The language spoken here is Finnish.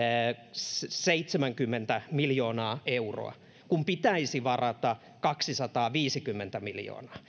seitsemänkymmentä miljoonaa euroa kun pitäisi varata kaksisataaviisikymmentä miljoonaa